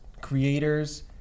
creators